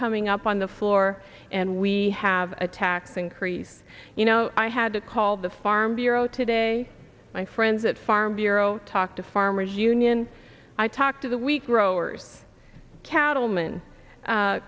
coming up on the floor and we have a tax increase you know i had to call the farm bureau today my friends at farm bureau talk to farmers union i talk to the week growers cattle